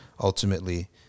ultimately